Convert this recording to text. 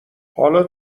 حالا